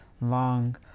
long